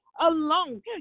alone